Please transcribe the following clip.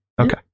okay